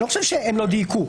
אני לא חושב שהם לא דייקו.